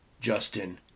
Justin